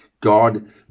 God